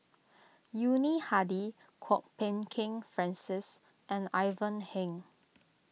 Yuni Hadi Kwok Peng Kin Francis and Ivan Heng